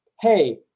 hey